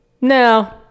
No